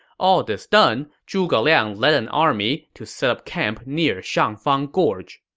all this done, zhuge liang led an army to set up camp near shangfang gorge